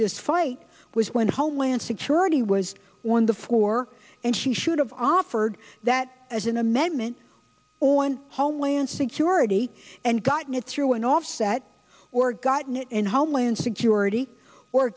this fight was when homeland security was one of the four and she should have offered that as an amendment or on homeland security and gotten it through an offset or gotten it in homeland security or